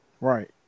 right